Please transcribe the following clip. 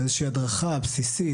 איזושהי הדרכה בסיסית,